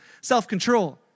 self-control